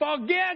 forget